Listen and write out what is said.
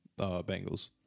Bengals